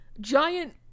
giant